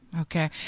Okay